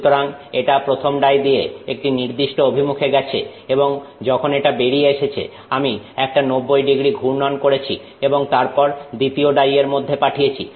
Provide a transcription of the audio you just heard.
সুতরাং এটা প্রথম ডাই দিয়ে একটি নির্দিষ্ট অভিমুখে গেছে এবং যখন এটা বেরিয়ে এসেছে আমি একটা 90º ঘূর্ণন করেছি এবং তারপর দ্বিতীয় ডাই এর মধ্যে পাঠিয়েছি